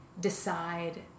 decide